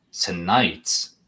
tonight